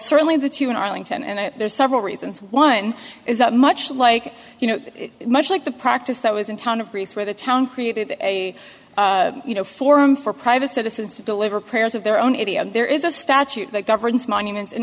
certainly the two in arlington and there's several reasons one is that much like you know much like the practice that was in town of greece where the town created a forum for private citizens to deliver prayers of their own idiom there is a statute that governs monuments in